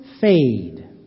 fade